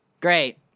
Great